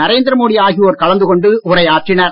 நரேந்திரமோடி ஆகியோர் கலந்து கொண்டு உரையாற்றினர்